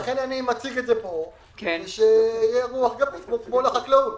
לכן אני מציג את זה פה כדי שתהיה רוח גבית מול החקלאות.